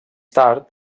tard